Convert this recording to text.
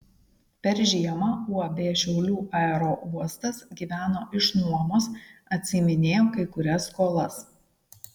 per žiemą uab šiaulių aerouostas gyveno iš nuomos atsiiminėjo kai kurias skolas